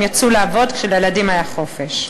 צריכים לחפש כשהם יצאו לעבוד ולילדים היה חופש.